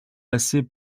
passer